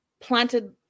planted